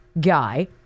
guy